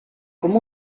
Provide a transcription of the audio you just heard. com